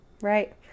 Right